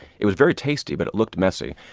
it was very tasty, but it looked messy.